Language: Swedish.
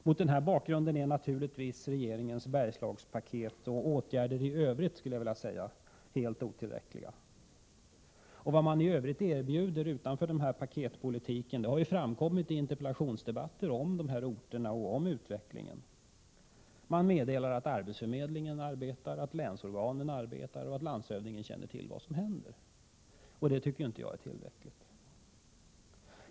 Mot den bakgrunden är naturligtvis regeringens Bergslagspaket och åtgärder i övrigt helt otillräckliga, skulle jag vilja säga. Vad man erbjuder utanför paketpolitiken har framkommit i interpellationsdebatter om de här orterna. Man meddelar att arbetsförmedlingen arbetar, att länsorganen arbetar och att landshövdingen känner till vad som händer. Det tycker inte jag är tillräckligt.